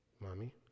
mommy